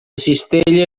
cistella